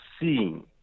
seeing